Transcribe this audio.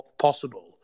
possible